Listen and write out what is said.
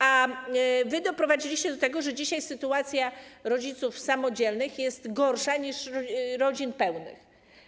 A wy doprowadziliście do tego, że dzisiaj sytuacja podatkowa rodziców samodzielnych jest gorsza niż rodzin pełnych.